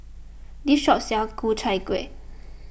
this shop sells Ku Chai Kuih